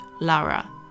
Lara